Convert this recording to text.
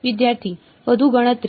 વિદ્યાર્થી વધુ ગણતરી